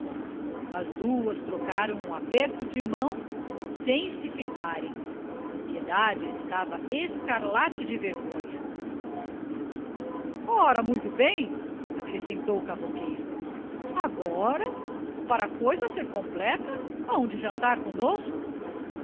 as duas trocaram um aperto de mão sem se fitarem piedade estava escarlate de vergonha ora muito bem acrescentou o cavouqueiro agora para a coisa ser completa hão de jantar conosco